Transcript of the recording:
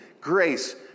grace